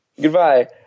Goodbye